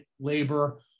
labor